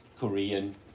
Korean